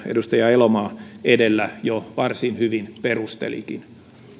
edustaja elomaa edellä jo varsin hyvin perustelikin